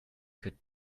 could